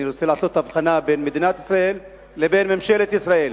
אני רוצה לעשות הבחנה בין מדינת ישראל לבין ממשלת ישראל,